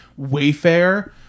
Wayfair